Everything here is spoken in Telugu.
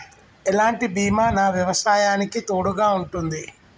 ఎలాంటి బీమా నా వ్యవసాయానికి తోడుగా ఉంటుంది?